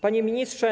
Panie Ministrze!